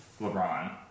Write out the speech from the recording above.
LeBron